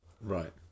Right